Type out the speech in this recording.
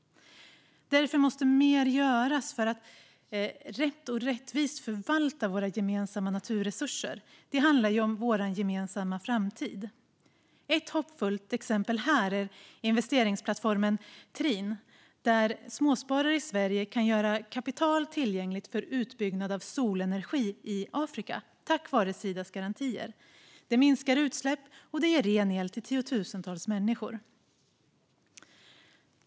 Därför måste mer göras för att rätt och rättvist förvalta våra gemensamma naturresurser. Det handlar om vår gemensamma framtid. Ett hoppfullt exempel här är investeringsplattformen Trine där småsparare i Sverige kan göra kapital tillgängligt för utbyggnad av solenergi i Afrika, tack vare Sidas garantier. Det minskar utsläpp och ger ren el till tiotusentals människor.